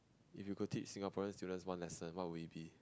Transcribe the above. if you could teach Singaporean students on lesson what would it be